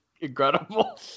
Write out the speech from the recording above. incredible